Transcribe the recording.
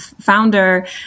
founder